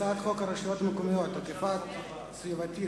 הצעת חוק הרשויות המקומיות (אכיפה סביבתית,